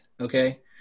Okay